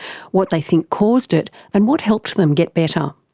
what they think caused it and what helped them get better.